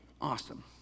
Awesome